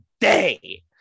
day